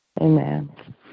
Amen